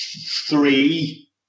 three